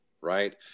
right